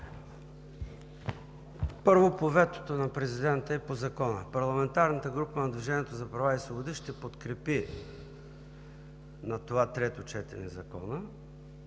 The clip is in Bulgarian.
Първо, по ветото на президента и по Закона. Парламентарната група на „Движението за права и свободи“ ще подкрепи на това трето четене Закона